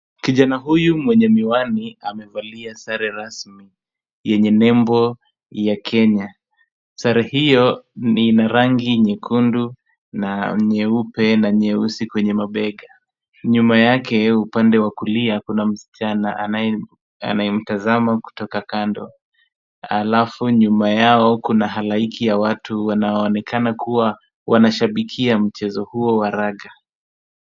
Kijana huyu mwenye miwani amevalia sare rasmi yenye nembo ya Kenya. Sare hiyo ina rangi nyekundu na nyeupe na nyeusi kwenye mabega. Nyuma yake upande wa kulia kuna msichana anayemtazama kutoka kando halafu nyuma yao kuna halaiki ya watu wanaonekana kuwa wanashabikia mchezo huo wa raga.